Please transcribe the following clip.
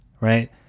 right